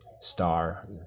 star